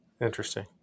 Interesting